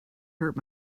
hurt